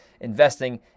investing